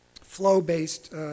flow-based